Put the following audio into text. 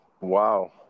wow